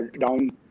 down